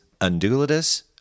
Undulatus